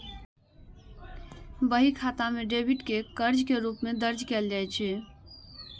बही खाता मे डेबिट कें कर्ज के रूप मे दर्ज कैल जाइ छै